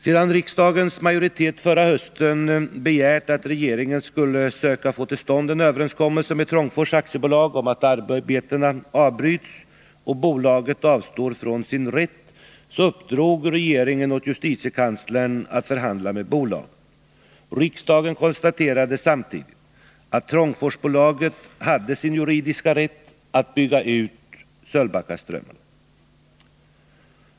Sedan riksdagens majoritet förra hösten begärt att regeringen skulle söka få till stånd en överenskommelse med Trångfors AB om att arbetena avbryts och bolaget avstår från sin rätt, uppdrog regeringen åt justitiekanslern att förhandla med bolaget. Riksdagen konstaterade samtidigt att Trångforsbolaget hade sin juridiska rätt att bygga ut Sölvbackaströmmarna.